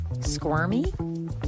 squirmy